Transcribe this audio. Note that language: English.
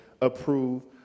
approve